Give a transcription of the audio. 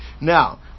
Now